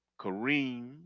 Kareem